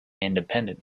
independent